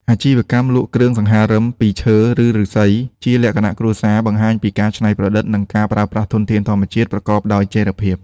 អាជីវកម្មលក់គ្រឿងសង្ហារឹមពីឈើ ឬឫស្សីជាលក្ខណៈគ្រួសារ បង្ហាញពីការច្នៃប្រឌិត និងការប្រើប្រាស់ធនធានធម្មជាតិប្រកបដោយចីរភាព។